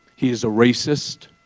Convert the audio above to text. he is a racist,